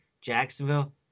Jacksonville